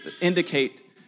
indicate